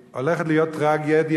מדברים הרבה על זכויות אדם,